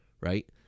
right